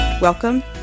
Welcome